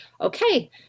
okay